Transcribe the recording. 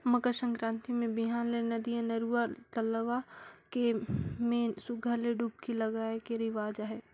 मकर संकरांति मे बिहान ले नदिया, नरूवा, तलवा के में सुग्घर ले डुबकी लगाए के रिवाज अहे